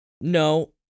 No